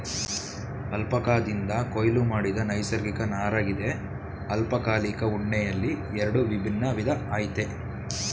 ಅಲ್ಪಕಾದಿಂದ ಕೊಯ್ಲು ಮಾಡಿದ ನೈಸರ್ಗಿಕ ನಾರಗಿದೆ ಅಲ್ಪಕಾಲಿಕ ಉಣ್ಣೆಯಲ್ಲಿ ಎರಡು ವಿಭಿನ್ನ ವಿಧ ಆಯ್ತೆ